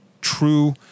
true